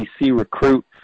recruit